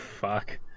fuck